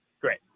Great